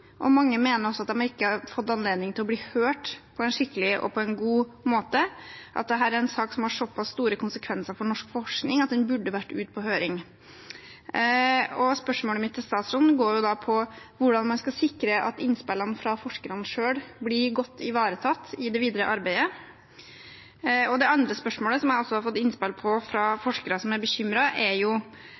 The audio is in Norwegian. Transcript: og mange mener at de ikke har fått anledning til å bli hørt på en skikkelig og god måte, og at dette er en sak som har såpass store konsekvenser for norsk forskning at den burde vært ute på høring. Spørsmålet mitt til statsråden går da på hvordan man skal sikre at innspillene fra forskerne selv blir godt ivaretatt i det videre arbeidet. Det andre spørsmålet jeg har fått innspill om fra forskere som er bekymret, er